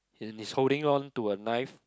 and he's holding onto a knife